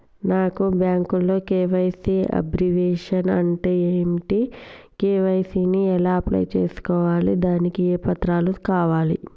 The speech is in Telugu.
నాకు బ్యాంకులో కే.వై.సీ అబ్రివేషన్ అంటే ఏంటి కే.వై.సీ ని ఎలా అప్లై చేసుకోవాలి దానికి ఏ పత్రాలు కావాలి?